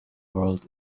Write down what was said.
world